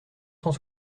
cent